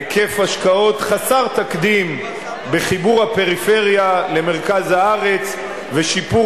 היקף השקעות חסר תקדים בחיבור הפריפריה למרכז הארץ ושיפור